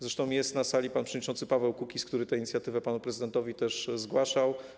Zresztą jest na sali pan przewodniczący Paweł Kukiz, który tę inicjatywę panu prezydentowi zgłaszał.